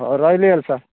ହେଉ ରହିଲି ଏଲ ସାର୍